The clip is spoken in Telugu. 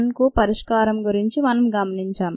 1 కు పరిష్కారం గురించి మనం గమనించాం